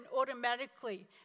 automatically